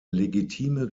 legitime